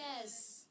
yes